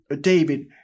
David